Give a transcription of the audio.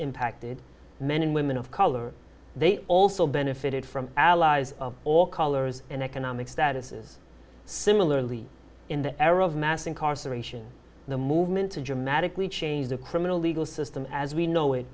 impacted men and women of color they also benefited from allies of all colors and economic status is similarly in the air of mass incarceration the movement to dramatically change the criminal legal system as we know it